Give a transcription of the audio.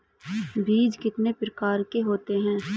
बीज कितने प्रकार के होते हैं?